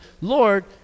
Lord